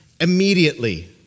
immediately